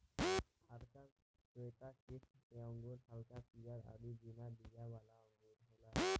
आरका श्वेता किस्म के अंगूर हल्का पियर अउरी बिना बिया वाला अंगूर होला